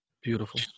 beautiful